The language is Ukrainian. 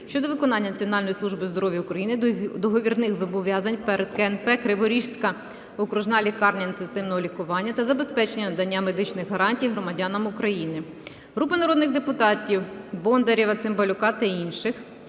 щодо виконання Національною службою здоров'я України договірних зобов'язань перед КНП "Криворізька окружна лікарня інтенсивного лікування" та забезпечення надання медичних гарантій громадянам України. Групи народних депутатів (Бондарєва, Цимбалюка та інших)